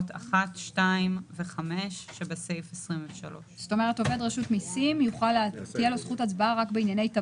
נציגים של משרד האוצר החמישי הוא עובד הרשות הארצית לתחבורה